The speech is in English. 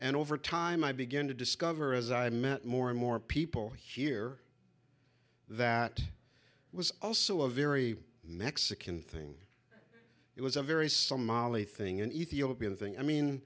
and over time i begin to discover as i met more and more people here that i was also a very mexican thing it was a very somali thing an ethiopian thing i mean